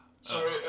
Sorry